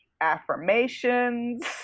affirmations